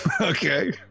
Okay